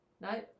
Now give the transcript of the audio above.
No